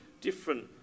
different